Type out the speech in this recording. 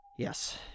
Yes